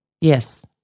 Yes